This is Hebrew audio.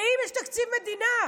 ואם יש תקציב מדינה,